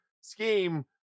scheme